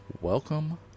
welcome